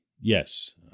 yes